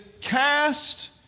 cast